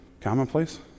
commonplace